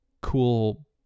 cool